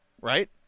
right